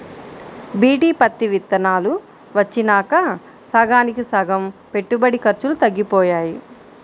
BT పత్తి విత్తనాలు వచ్చినాక సగానికి సగం పెట్టుబడి ఖర్చులు తగ్గిపోయాయి